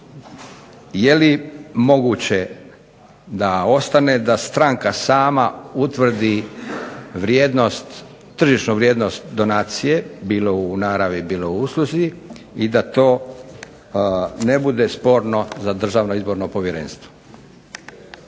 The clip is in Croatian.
je li moguće da ostane da stranka sama utvrdi vrijednost, tržišnu vrijednost donacije bilo u naravi, bilo u usluzi i da to ne bude sporno za Državno izborno povjerenstvo.